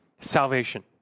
salvation